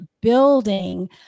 building